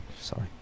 Sorry